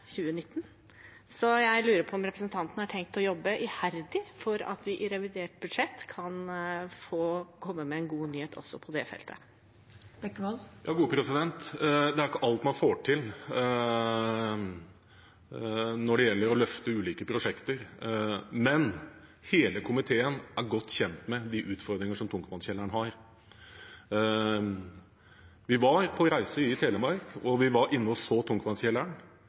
2019, så jeg lurer på om representanten har tenkt å jobbe iherdig for at vi i revidert budsjett kan få komme med en god nyhet også på det feltet. Det er ikke alt man får til når det gjelder å løfte ulike prosjekter. Men hele komiteen er godt kjent med de utfordringer som Tungtvannskjelleren har. Vi var på reise i Telemark, og vi var inne og så Tungtvannskjelleren.